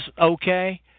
okay